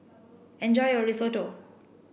enjoy your Risotto